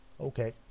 okay